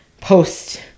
post